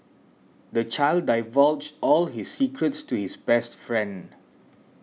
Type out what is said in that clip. the child divulged all his secrets to his best friend